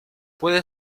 puede